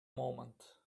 moment